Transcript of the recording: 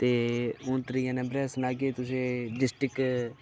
ते हून त्रीए नम्बरै'र सनाह्गे तुसेंगी डिस्टिक